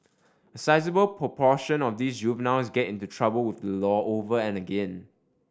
a sizeable proportion of these juveniles get into trouble with the law over and again